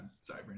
Sorry